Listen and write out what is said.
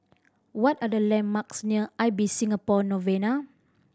what are the landmarks near Ibis Singapore Novena